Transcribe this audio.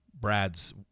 Brad's